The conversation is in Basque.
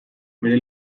bere